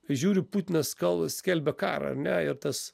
žiūriu putinas kal skelbia karą ar ne ir tas